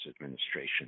Administration